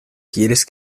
quieres